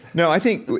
no, i think,